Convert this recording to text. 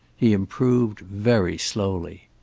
he improved very slowly.